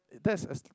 that's a